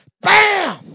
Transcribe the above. bam